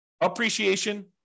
appreciation